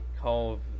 call